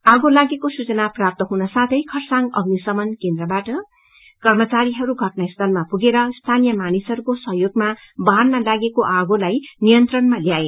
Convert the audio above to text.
आगोलागेको सूचना प्राप्त हुन साथै खरसाङ अग्निशमन केन्द्रबाट कर्मचारीहरू घटना स्थलमा पुगरे स्थानिय मानिसहरूको सहयोगमा वाहनमा लागेको आगोलाई नियंत्रणमा ल्याए